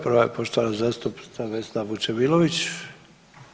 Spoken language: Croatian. Prva je poštovana zastupnica Vesna Vučemilović.